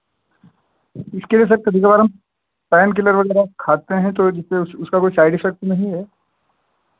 उसके लिए सर कभी कभार हम पेन किलर वगैरह खाते हैं तो उसका कोई साइड इफ़ेक्ट नहीं है